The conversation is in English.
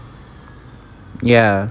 ya